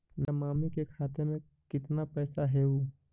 मेरा मामी के खाता में कितना पैसा हेउ?